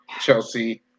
Chelsea